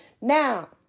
Now